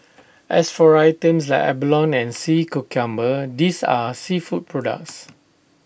as for items like abalone and sea cucumber these are seafood products